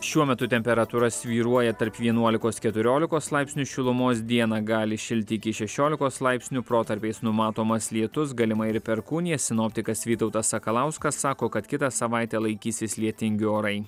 šiuo metu temperatūra svyruoja tarp vienuolikos keturiolikos laipsnių šilumos dieną gali įšilti iki šešiolikos laipsnių protarpiais numatomas lietus galima ir perkūnija sinoptikas vytautas sakalauskas sako kad kitą savaitę laikysis lietingi orai